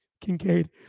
Kincaid